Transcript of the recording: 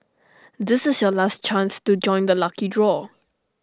this is your last chance to join the lucky draw